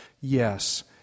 Yes